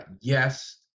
yes